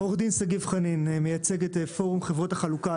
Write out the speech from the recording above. עורך דין שגיב חנין, מייצג את פורום חברות החלוקה.